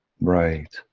Right